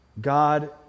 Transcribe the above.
God